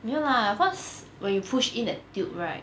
没有 lah cause when you push in the tube right